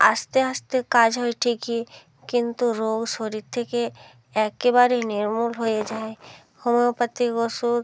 আস্তে আস্তে কাজ হয় ঠিকই কিন্তু রোগ শরীর থেকে এক্কেবারে নির্মূল হয়ে যায় হোমিওপ্যাথিক ওষুধ